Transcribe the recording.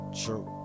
true